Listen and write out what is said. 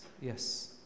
Yes